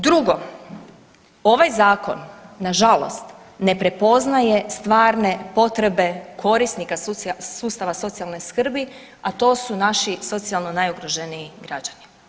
Drugo, ovaj zakon nažalost ne prepoznaje stvarne potrebe korisnika sustava socijalne skrbi, a to su naši socijalno najugroženiji građani.